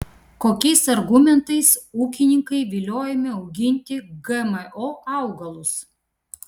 kokiais argumentais ūkininkai viliojami auginti gmo augalus